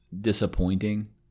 disappointing